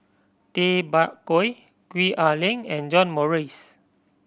Tay Bak Koi Gwee Ah Leng and John Morrice